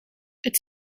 het